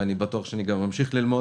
ואני בטוח שגם אמשיך ללמוד.